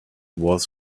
was